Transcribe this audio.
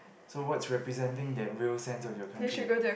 so what's representing that real sense of your country